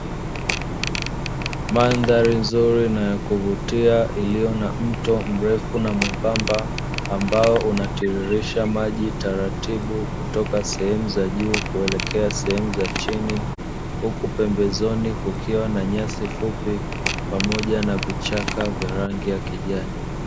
Mandhari nzuri na ya kuvutia iliyo na mto mrefu na mwembamba ambao unatitirisha maji taratibu kutoka sehemu za juu kuelekea sehemu za chini. Huku pembezoni kukiwa na nyasi fupi pamoja na vichaka vya rangi ya kijani.